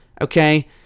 okay